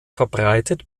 verbreitet